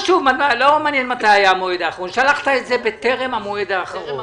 טרם המועד האחרון,